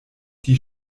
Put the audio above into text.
die